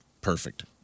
perfect